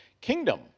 Kingdom